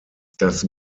das